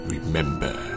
Remember